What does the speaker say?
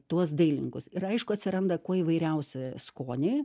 tuos dailininkus ir aišku atsiranda kuo įvairiausi skoniai